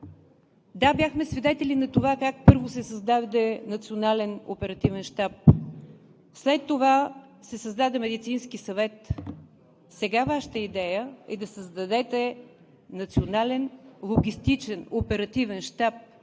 Да, бяхме свидетели на това как първо се създаде Национален оперативен щаб. След това се създаде Медицински съвет. Сега Вашата идея е да създадете Национален логистичен оперативен щаб,